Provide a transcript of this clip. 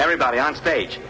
everybody onstage